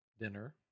dinner